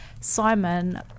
Simon